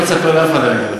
לא נספר לאף אחד.